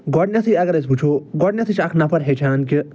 گۄڈنٮ۪ٹھٕے اگر أسۍ وٕچھو گۄڈنٮ۪تھٕے چھِ اکھ نفر ہیٚچھان کہِ